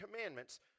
Commandments